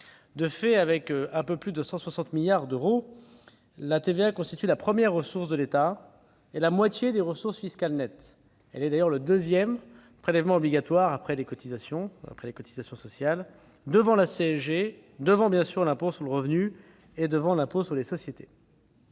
De fait, avec un peu plus de 160 milliards d'euros, la TVA constitue la première ressource de l'État et la moitié des ressources fiscales nettes ; elle est d'ailleurs le deuxième prélèvement obligatoire après les cotisations sociales, devant la CSG, la contribution sociale généralisée, et, bien sûr, l'impôt sur le revenu, ainsi que l'impôt sur les sociétés.